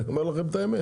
אני אומר לכם את האמת.